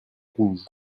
rouge